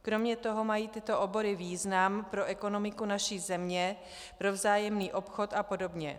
Kromě toho mají tyto obory význam pro ekonomiku naší země, pro vzájemný obchod a podobně.